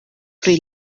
pri